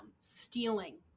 stealing